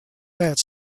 that